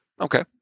Okay